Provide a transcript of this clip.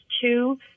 two